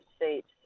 seats